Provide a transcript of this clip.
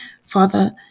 Father